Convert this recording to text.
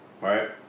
right